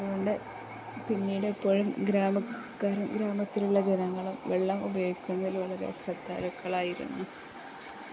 അതുകൊണ്ടു പിന്നീടെപ്പോഴും ഗ്രാമക്കാരും ഗ്രാമത്തിലുള്ള ജനങ്ങളും വെള്ളം ഉപയോഗിക്കുന്നതിൽ വളരെ ശ്രദ്ധാലുക്കളായിരുന്നു